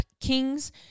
Kings